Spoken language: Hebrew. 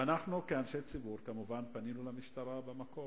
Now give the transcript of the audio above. ואנחנו כאנשי ציבור כמובן פנינו למשטרה במקום